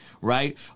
right